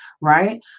right